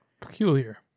peculiar